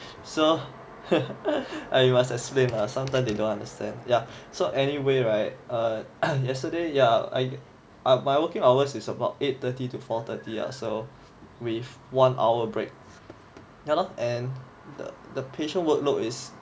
so ah you must explain lah sometimes they don't understand ya so anyway right uh yesterday yeah I my working hours is about eight thirty to four thirty lah so with one hour break ya lor and the patient workload is